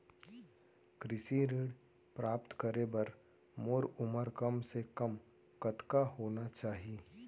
कृषि ऋण प्राप्त करे बर मोर उमर कम से कम कतका होना चाहि?